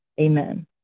amen